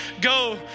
go